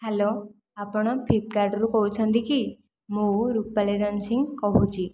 hello ଆପଣ ଫ୍ଲିପକାର୍ଟରୁ କହୁଛନ୍ତି କି ମୁଁ ରୁପାଲୀ ରନସିଂ କହୁଛି